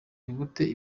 nigute